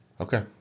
Okay